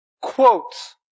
quotes